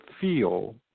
feel